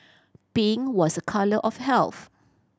pink was a colour of health